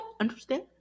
understand